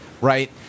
right –